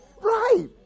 Right